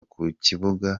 kukibuga